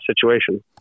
situation